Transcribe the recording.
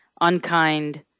Unkind